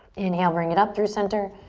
inhale, bring it up through center,